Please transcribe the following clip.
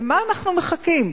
למה אנחנו מחכים?